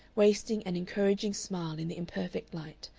wasting an encouraging smile in the imperfect light,